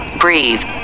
Breathe